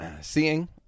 seeing